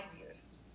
years